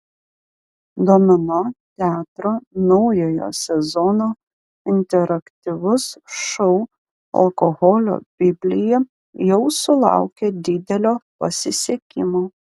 domino teatro naujojo sezono interaktyvus šou alkoholio biblija jau sulaukė didelio pasisekimo